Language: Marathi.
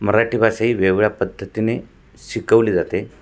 मराठी भाषा ही वेगवेगळ्या पद्धतीने शिकवली जाते